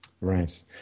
right